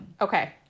Okay